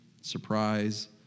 Surprise